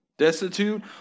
destitute